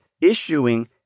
issuing